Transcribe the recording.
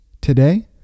today